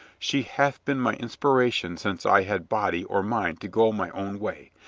she hath been my inspiration since i had body or mind to go my own way.